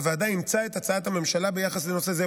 הוועדה אימצה את הצעת הממשלה ביחס לנושא זה,